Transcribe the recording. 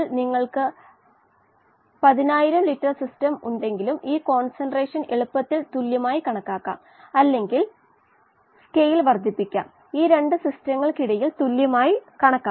ഇവിടെ എന്ത് സംഭവിക്കുന്നു എന്നു വച്ചാൽ വായു കുമിളയുടെ ഉള്ളിൽ നിന്ന് ഓക്സിജൻ ദ്രാവകത്തിലേക്ക് നീങ്ങുകയും തുടർന്ന് കോശത്തിലേക്ക് നീങ്ങുകയും ചെയ്യുന്നു